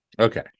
okay